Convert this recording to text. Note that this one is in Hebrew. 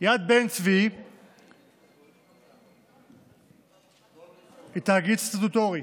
יד יצחק בן-צבי היא תאגיד סטטוטורי